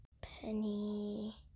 Penny